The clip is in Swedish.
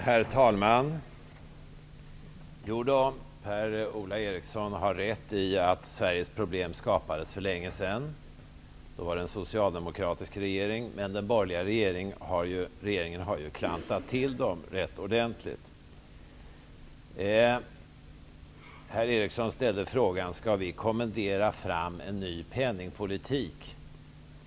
Herr talman! Per-Ola Eriksson har rätt i att Sveriges problem skapades för länge sedan, då det var en socialdemokratisk regering. Men den borgerliga regeringen har ju klantat till problemen rätt ordentligt. Herr Eriksson ställde frågan: Skall vi kommendera fram en ny penningpolitik?